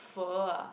pho ah